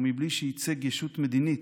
ובלי שייצג ישות מדינית,